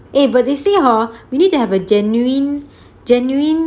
eh but they say hor we need to have a genuine genuine